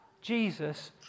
Jesus